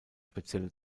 spezielle